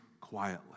quietly